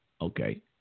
okay